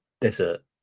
desert